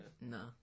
No